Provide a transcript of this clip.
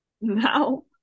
no